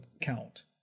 count